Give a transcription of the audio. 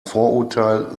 vorurteil